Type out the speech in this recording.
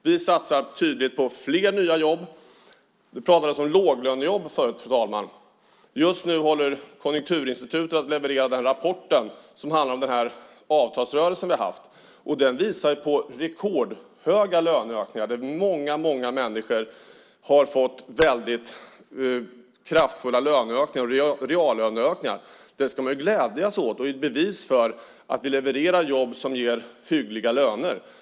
Vi satsar tydligt på fler nya jobb. Det pratades tidigare om låglönejobb, fru talman. Konjunkturinstitutet har levererat en rapport som handlar om den avtalsrörelse som har varit. Den visar på rekordhöga löneökningar. Många människor har fått kraftfulla reallöneökningar. Det ska man glädja sig åt. Det är ett bevis för att vi levererar jobb som ger hyggliga löner.